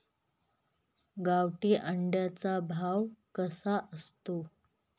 गावठी अंड्याचा भाव कसा असतो?